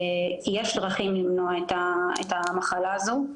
יש דרכים למנוע את המחלה הזו,